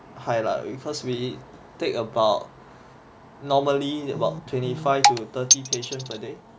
quite high lah because we take about normally about twenty five to thirty patients per day